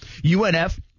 UNF